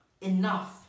enough